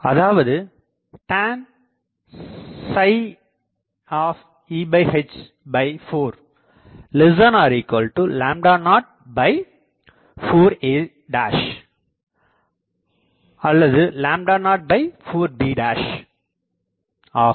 அதாவது tan EH 4 04a அல்லது04b ஆகும்